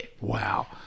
Wow